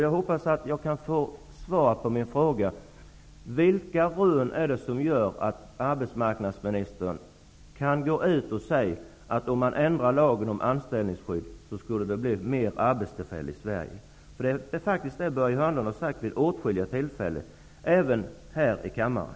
Jag hoppas att jag kan få svar på min fråga: Vilka rön är det som gör att arbetsmarknadsministern kan gå ut och säga att det, om man ändrar lagen om anställningsskydd, skulle bli fler arbetstillfällen i Sverige? Detta har faktiskt Börje Hörnlund sagt vid åtskilliga tillfällen, även här i kammaren.